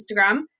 instagram